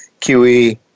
QE